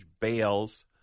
bales